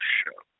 show